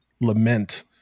lament